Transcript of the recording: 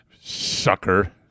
Sucker